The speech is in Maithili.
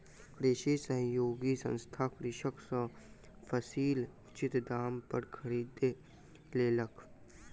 कृषि सहयोगी संस्थान कृषक सॅ फसील उचित दाम पर खरीद लेलक